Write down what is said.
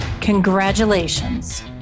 congratulations